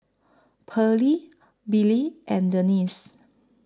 Pearly Billye and Denisse